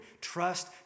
Trust